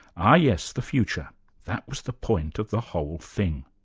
ah yes, the future that was the point of the whole thing.